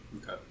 Okay